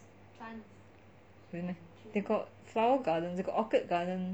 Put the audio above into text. really meh they got flower garden they got orchid garden